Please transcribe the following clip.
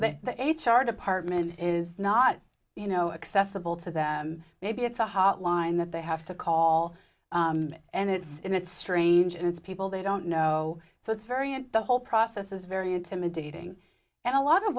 that the h r department is not you know accessible to them maybe it's a hotline that they have to call and it's strange and it's people they don't know so it's very in the whole process is very intimidating and a lot of